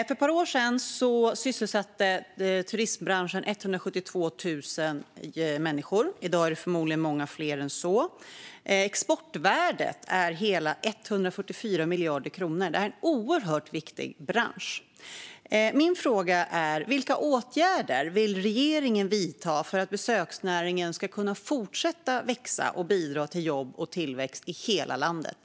För ett par år sedan sysselsatte turistbranschen 172 000 människor. I dag är det förmodligen många fler än så. Exportvärdet är hela 144 miljarder kronor. Det här är en oerhört viktig bransch. Min fråga är: Vilka åtgärder vill regeringen vidta för att besöksnäringen ska kunna fortsätta att växa och bidra till jobb och tillväxt i hela landet?